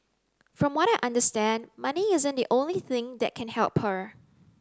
from what I understand money isn't the only thing that can help her